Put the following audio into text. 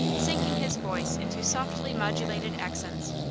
sinking his voice into softly modulated accents.